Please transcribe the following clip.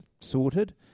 sorted